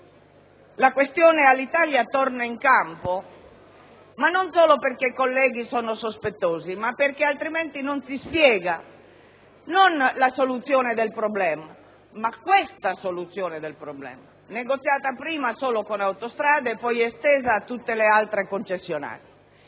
la questione Alitalia torna in campo, non solo perché i colleghi sono sospettosi, ma perché altrimenti non si spiega non la soluzione del problema, ma questa soluzione del problema, negoziata prima solo con Autostrade e poi estesa a tutte le altre concessionarie,